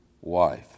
wife